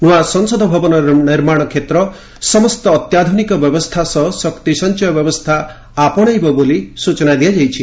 ନୂଆ ସଂସଦ ଭବନ ନିର୍ମାଣ କ୍ଷେତ୍ର ସମସ୍ତ ଅତ୍ୟାଧୁନିକ ବ୍ୟବସ୍ଥା ସହ ଶକ୍ତି ସଞ୍ଚୟ ବ୍ୟବସ୍ଥା ଆପଣେଇବ ବୋଲି ସୂଚନା ଦିଆଯାଇଛି